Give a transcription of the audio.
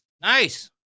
Nice